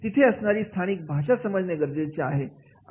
तिथे असणारी स्थानिक भाषा समजणे गरजेचे आहे